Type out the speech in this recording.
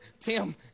Tim